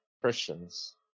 Christians